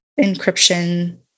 encryption